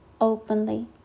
openly